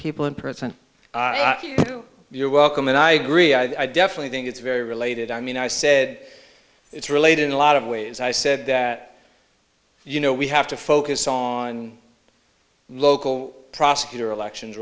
people in prison you're welcome and i agree i definitely think it's very related i mean i said it's related in a lot of ways i said that you know we have to focus on local prosecutor elections